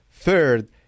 Third